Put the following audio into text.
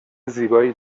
زیبایی